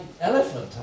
elephant